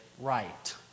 right